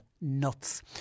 nuts